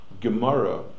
Gemara